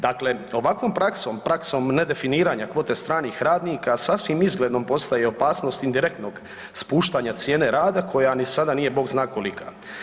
Dakle, ovakvom praksom, praksom ne definiranja kvote stranih radnika sasvim izglednom postaje opasnost indirektnog spuštanja cijene rada koja ni sada nije Bog zna kolika.